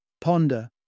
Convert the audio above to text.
Ponder